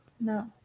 No